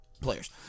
players